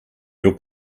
your